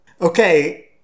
Okay